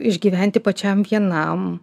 išgyventi pačiam vienam